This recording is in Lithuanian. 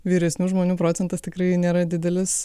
vyresnių žmonių procentas tikrai nėra didelis